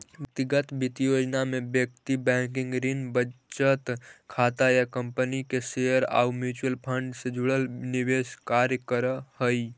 व्यक्तिगत वित्तीय योजना में व्यक्ति बैंकिंग, ऋण, बचत खाता या कंपनी के शेयर आउ म्यूचुअल फंड से जुड़ल निवेश कार्य करऽ हइ